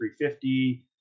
350